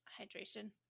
hydration